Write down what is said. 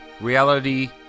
reality